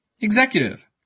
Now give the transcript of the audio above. Executive